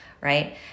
right